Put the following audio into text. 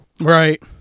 Right